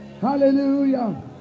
Hallelujah